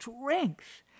strength